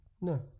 No